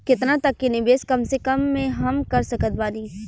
केतना तक के निवेश कम से कम मे हम कर सकत बानी?